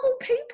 people